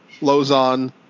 Lozon